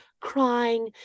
crying